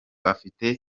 afite